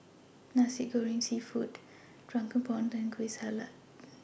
Nasi Goreng Seafood Drunken Prawns and Kueh Salat